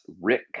Rick